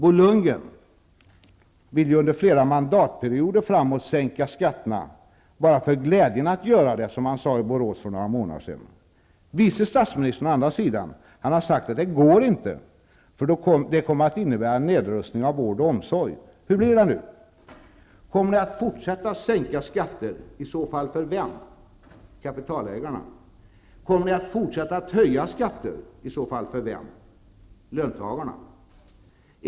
Bo Lundgren vill ju under flera mandatperioder framåt sänka skatterna bara för glädjen att göra det, som han sade i Borås för några månader sedan. Vice statsministern har å andra sidan sagt att det inte går, eftersom det kommer att innebära nedrustning av vård och omsorg. Hur blir det nu? Kommer ni att fortsätta att sänka skatter, och i så fall för vem? Är det för kapitalägarna? Kommer ni att fortsätta höja skatter, och i så fall för vem? Är det för löntagarna?